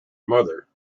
mother